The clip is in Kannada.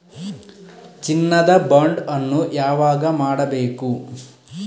ಚಿನ್ನ ದ ಬಾಂಡ್ ಅನ್ನು ಯಾವಾಗ ಮಾಡಬೇಕು?